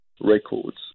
records